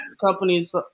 companies